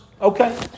Okay